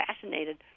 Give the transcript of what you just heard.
fascinated